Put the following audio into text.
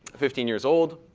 fifteen years old.